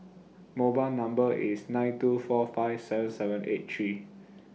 mobile Number IS nine two four five seven seven eight three